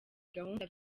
gahunda